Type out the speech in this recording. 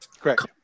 Correct